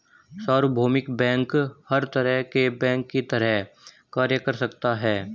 सार्वभौमिक बैंक हर तरह के बैंक की तरह कार्य कर सकता है